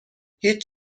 هیچ